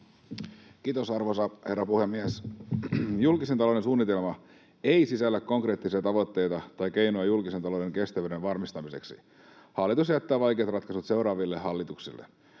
Kiitos, arvoisa herra puhemies! Julkisen talouden suunnitelma ei sisällä konkreettisia tavoitteita tai keinoja julkisen talouden kestävyyden varmistamiseksi. Hallitus jättää vaikeat ratkaisut seuraaville hallituksille.